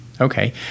Okay